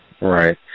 Right